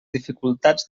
dificultats